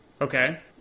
Okay